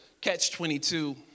catch-22